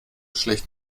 schlecht